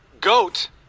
Goat